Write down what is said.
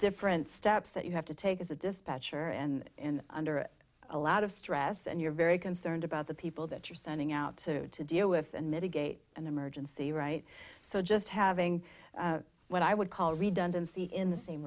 different steps that you have to take as a dispatcher and in under a lot of stress and you're very concerned about the people that you're sending out to to deal with and mitigate and emergency right so just having what i would call redundancy in the same